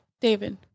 David